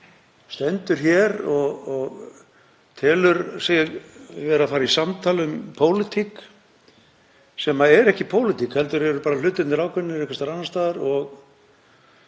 stendur hér og telur sig vera að fara í samtal um pólitík, sem er ekki pólitík heldur eru hlutirnir ákveðnir einhvers staðar annars staðar og